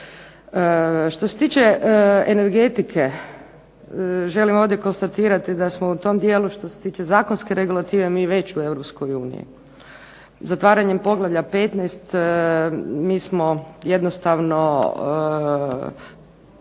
Što se tiče energetike želim ovdje konstatirati da smo u tom dijelu što se tiče zakonske regulative mi već u Europskoj uniji. Zatvaranjem poglavlja 15. mi smo jednostavno